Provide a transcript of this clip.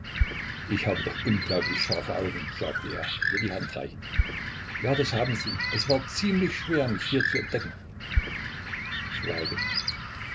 ich habe doch unglaublich scharfe augen sagte er ihr die hand reichend ja das haben sie es war ziemlich schwer mich hier zu entdecken schweigen